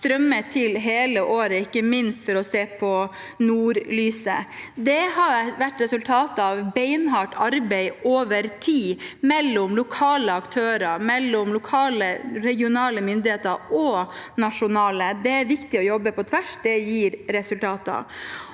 strømmer til hele året, ikke minst for å se på nordlyset. Det er resultatet av beinhardt arbeid over tid mellom lokale aktører og lokale og regionale, og også nasjonale, myndigheter. Det er viktig å jobbe på tvers, det gir resultater.